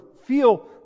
feel